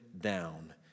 down